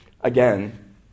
again